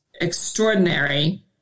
extraordinary